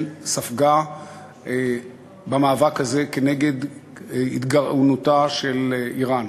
ספגה במאבק הזה כנגד התגרענותה של איראן,